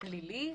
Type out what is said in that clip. פלילי?